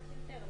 (תיקון),